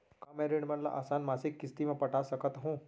का मैं ऋण मन ल आसान मासिक किस्ती म पटा सकत हो?